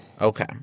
Okay